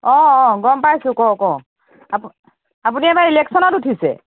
অঁ অঁ গম পাইছোঁ ক' ক' আপুনি এইবাৰ ইলেকশ্যনত উঠিছে